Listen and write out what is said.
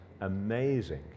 amazing